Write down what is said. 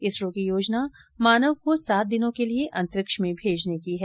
इसरो की योजना मानव को सात दिनों के लिए अंतरिक्ष में भेजने की है